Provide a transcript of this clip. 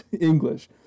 English